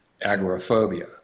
agoraphobia